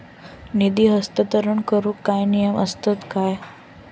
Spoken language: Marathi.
निधी हस्तांतरण करूक काय नियम असतत काय?